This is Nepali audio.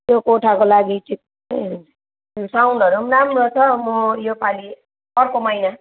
त्यो कोठाको लागि ठिकै हुन्छ साउन्डहरू पनि राम्रो छ म योपालि अर्को महिना